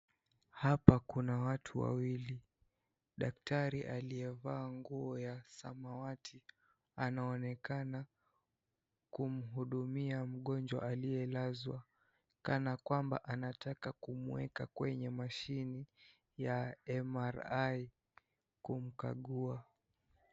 Hapa kuna watu wawili. Dakatari aliyevaa nguo ya samawati anaonekana kumhudumia mgonjwa aliyelazwa, kanakwamba anataka kumuweka kwenye mashini ya (cs)MRI(cs) kumkagua.